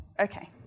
Okay